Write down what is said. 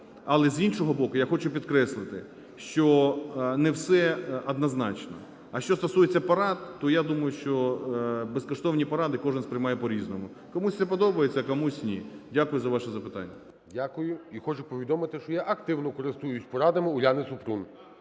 Але, з іншого боку, я хочу підкреслити, що не все однозначно. А що стосується порад, то, я думаю, що безкоштовні поради кожен сприймає по-різному: комусь це подобається, а комусь - ні. Дякую за ваше запитання. ГОЛОВУЮЧИЙ. Дякую. І хочу повідомити, що я активно користуюся порадами Уляни Супрун.